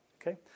Okay